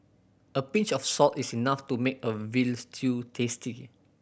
a pinch of salt is enough to make a veal stew tasty